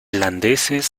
irlandeses